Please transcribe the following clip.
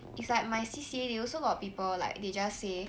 it's like my C_C_A they also got people like they just say